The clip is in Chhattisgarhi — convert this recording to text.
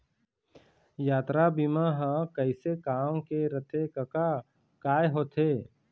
यातरा बीमा ह कइसे काम के रथे कका काय होथे?